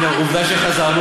הנה, עובדה שחזרנו.